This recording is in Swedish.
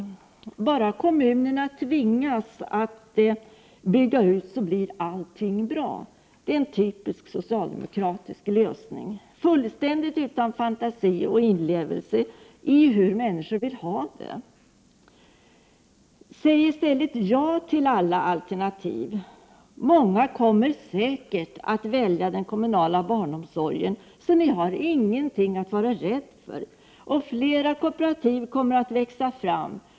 Om bara kommunerna tvingas att bygga ut barnomsorgen, blir allt bra. Det är en typisk socialdemokratisk lösning, som fullständigt saknar fantasi och inlevelse när det gäller hur människor vill ha det. Sägistället ja till alla alternativ. Ni har ingenting att vara rädda för. Många kommer säkert att välja den kommunala barnomsorgen och fler kooperativ kommer att växa fram.